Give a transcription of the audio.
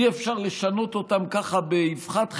אי-אפשר לשנות אותם ככה, באבחת חרב,